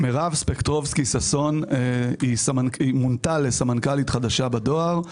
מירב ספקטרובסקי ששון מונתה לסמנכ"לית חדשה בדואר.